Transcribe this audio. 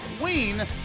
queen